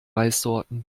reissorten